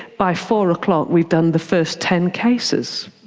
by four o'clock we've done the first ten cases.